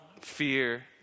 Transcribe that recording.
fear